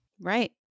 Right